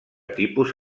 tipus